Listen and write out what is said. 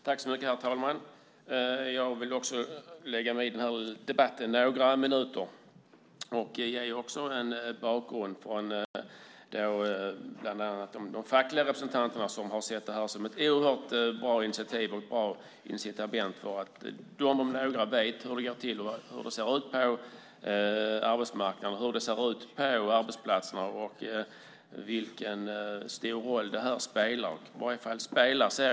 Herr talman! Jag vill också lägga mig i den här debatten några minuter. Jag vill ge en bakgrund utifrån bland annat de fackliga representanterna. De har sett det här som ett oerhört bra initiativ och bra incitament, för de om några vet hur det ser ut på arbetsmarknaden och på arbetsplatserna och vilken stor roll det här spelar.